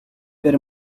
per